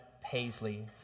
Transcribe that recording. Paisley